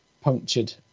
punctured